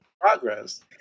progress